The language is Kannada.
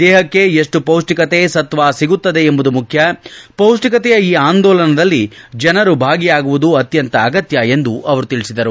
ದೇಹಕ್ಕೆ ಎಷ್ಟು ಪೌಷ್ಠಿಕತೆ ಸತ್ವ ಸಿಗುತ್ತಿದೆ ಎಂಬುದು ಮುಖ್ಯ ಪೌಚ್ಛಿಕತೆಯ ಈ ಆಂದೋಲನದಲ್ಲಿ ಜನರು ಭಾಗಿಯಾಗುವುದು ಅತ್ಯಂತ ಅಗತ್ಯ ಎಂದು ಅವರು ತಿಳಿಸಿದರು